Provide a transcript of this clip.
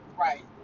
Right